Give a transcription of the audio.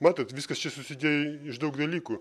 matot viskas čia susidėjo iš daug dalykų